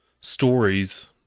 stories